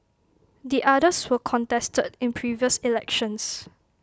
the others were contested in previous elections